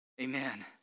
Amen